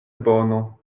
bono